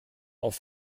auf